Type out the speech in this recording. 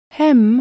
Hem